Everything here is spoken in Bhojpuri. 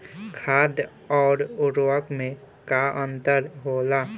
खाद्य आउर उर्वरक में का अंतर होला?